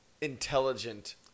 intelligent